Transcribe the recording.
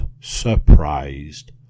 surprised